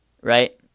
right